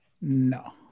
No